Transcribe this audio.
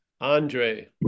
Andre